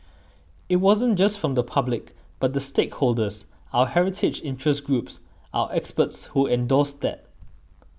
it wasn't just from the public but the stakeholders our heritage interest groups our experts who endorsed that